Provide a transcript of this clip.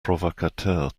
provocateurs